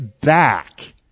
back